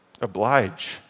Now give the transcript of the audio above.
oblige